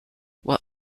while